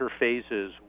interfaces